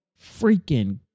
freaking